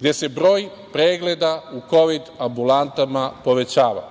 gde se broj pregleda u Kovid ambulantama povećava